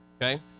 Okay